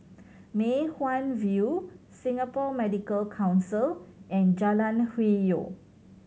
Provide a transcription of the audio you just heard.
Mei Hwan View Singapore Medical Council and Jalan Hwi Yoh